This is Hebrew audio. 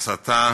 הסתה